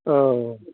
औ